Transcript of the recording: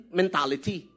mentality